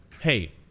hey